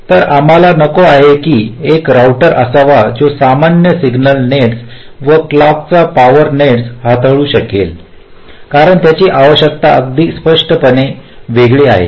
तर आम्हाला नको आहे की एक राउटर असावा जो सामान्य सिग्नल नेट्स व क्लॉक व पॉवर नेट्स देखील हाताळू शकेल कारण त्यांची आवश्यकता अगदी स्पष्टपणे वेगळी आहे